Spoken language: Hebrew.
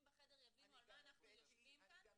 בחדר יבינו על מה אנחנו יושבים כאן,